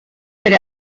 per